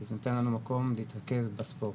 זה נותן לנו מקום להתמקד בספורט.